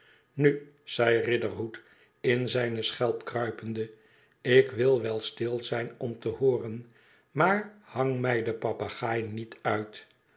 nu zei riderhood in zijne schelp kruipende ik wil wel stil zijn om te hooren maar hang mij de papegaai niet uit